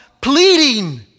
pleading